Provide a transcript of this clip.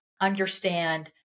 understand